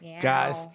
Guys